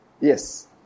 Yes